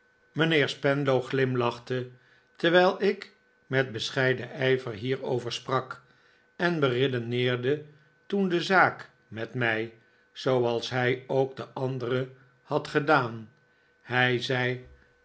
mijnheer spenlow glimlachte terwijl ik met bescheiden ijver hierover sprak en beredeneerde toen de zaak met mij zooals hij ook de andere had gedaan hij zei